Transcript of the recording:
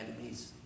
enemies